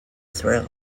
thrill